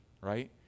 right